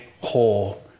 whole